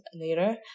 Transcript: later